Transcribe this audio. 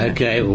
Okay